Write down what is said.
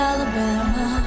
Alabama